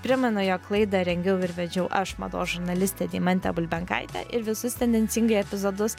primenu jog laidą rengiau ir vedžiau aš mados žurnalistė deimantė bulbenkaitė ir visus tendencingai epizodus